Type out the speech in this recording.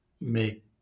make